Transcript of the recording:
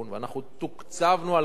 קיבלנו תקציב לכך, כמה משפחות?